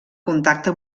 contacte